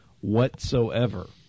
whatsoever